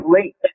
late